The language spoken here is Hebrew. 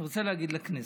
אני רוצה להגיד לכנסת: